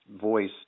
voice